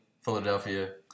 Philadelphia